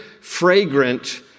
fragrant